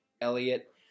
Elliot